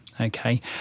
Okay